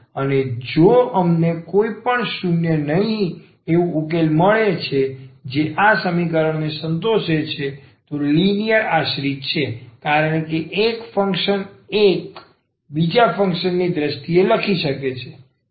અને જો અમને કોઈ પણ શૂન્ય નહીં એવું ઉકેલ મળે છે જે આ સમીકરણને સંતોષે છે તો તે લિનિયર આશ્રિત છે કારણ કે એક ફંક્શન 1 બીજા ફંક્શનની દ્રષ્ટિએ લખી શકે છે